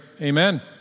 Amen